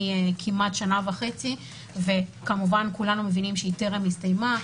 כמעט שנה וחצי וכמובן כולנו מבינים שהיא טרם הסתיימה.